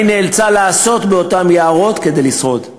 מה היא נאלצה לעשות באותם יערות כדי לשרוד.